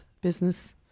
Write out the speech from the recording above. business